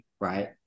right